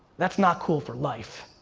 that's not cool for life,